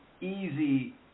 easy